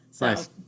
Nice